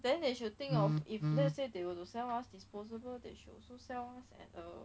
then they should think of if let's say they were to sell a disposable they should also sell those at the